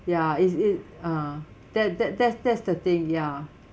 ya is it ah that that that's that's the thing ya